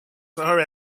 are